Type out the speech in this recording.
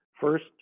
first